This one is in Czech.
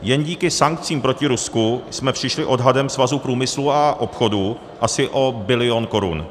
Jen díky sankcím proti Rusku jsme přišli odhadem Svazu průmyslu a obchodu asi o bilion korun.